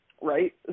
right